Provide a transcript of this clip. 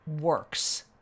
works